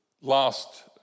last